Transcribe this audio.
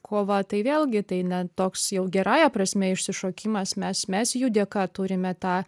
kova tai vėlgi tai na toks jau gerąja prasme išsišokimas mes mes jų dėka turime tą